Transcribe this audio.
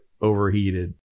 overheated